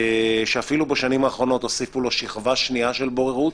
שאפילו בשנים האחרונות הוסיפו לו שכבה שנייה של בוררות,